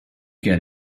get